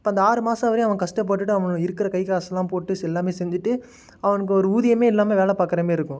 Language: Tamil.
அப்போ அந்த ஆறு மாதம் வரையும் அவன் கஷ்டப்பட்டுகிட்டு அவனோட இருக்கிற கை காசெல்லாம் போட்டு ஸ் எல்லாமே செஞ்சிகிட்டு அவனுக்கு ஒரு ஊதியமே இல்லாம வேலை பார்க்கற மாரி இருக்கும்